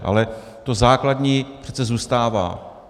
Ale to základní přece zůstává.